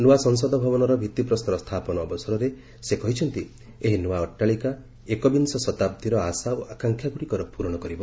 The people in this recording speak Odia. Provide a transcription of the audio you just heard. ନୂଆ ସଂସଦ ଭବନର ଭିତ୍ତି ପ୍ରସ୍ତର ସ୍ଥାପନ ଅବସରରେ ସେ କହିଛନ୍ତି ଏହି ନୂଆ ଅଟ୍ଟାଳିକା ଏକବିଂଶ ଶତାବ୍ଦୀର ଆଶା ଓ ଆକାଂକ୍ଷାଗୁଡ଼ିକର ପୂରଣ କରିବ